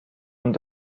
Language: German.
und